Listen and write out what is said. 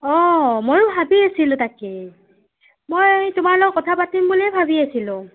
অ' মইও ভাবি আছিলোঁ তাকে মই তোমাৰ লগত কথা পাতিম বুলিয়েই ভাবি আছিলোঁ